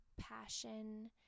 passion